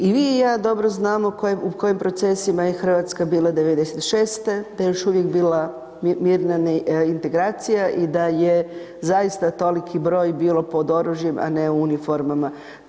I vi, i ja dobro znamo u kojim procesima je Hrvatska bila '96.-te, da je još uvijek bila mirna integracija i da je zaista toliki broj bilo pod oružjem, a ne u uniformama.